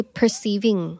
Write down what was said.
perceiving